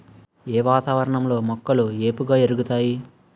ఏ వాతావరణం లో మొక్కలు ఏపుగ ఎదుగుతాయి?